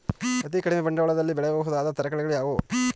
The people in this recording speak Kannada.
ಅತೀ ಕಡಿಮೆ ಬಂಡವಾಳದಲ್ಲಿ ಬೆಳೆಯಬಹುದಾದ ತರಕಾರಿಗಳು ಯಾವುವು?